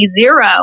zero